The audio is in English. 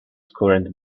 current